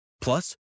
Plus